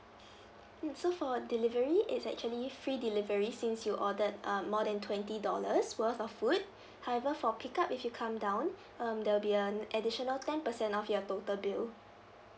mm so for delivery it's actually free delivery since you ordered um more than twenty dollars worth of food however for pickup if you come down um there'll be an additional ten percent off your total bill